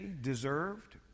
deserved